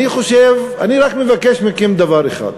אני רק מבקש מכם דבר אחד: